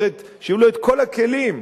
שיהיו לו כל הכלים.